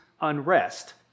unrest